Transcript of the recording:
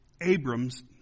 Abram's